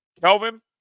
Kelvin